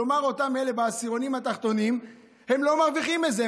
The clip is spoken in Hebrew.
כלומר אלה שבעשירונים התחתונים לא מרוויחים מזה,